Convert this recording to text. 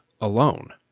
alone